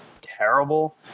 terrible